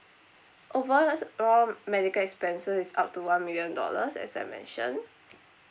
overall medical expenses is up to one million dollars as I mentioned